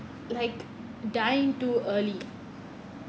like dying too early